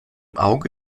auge